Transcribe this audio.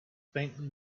faintly